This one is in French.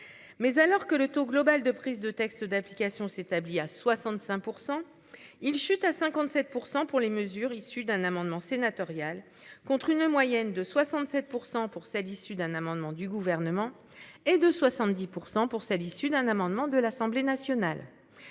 Mais alors que le taux global de prise de textes d'application s'établit à 65%. Il chute à 57% pour les mesures issues d'un amendement sénatorial, contre une moyenne de 67% pour celle issue d'un amendement du gouvernement et de 70% pour celles issue d'un amendement de l'Assemblée nationale.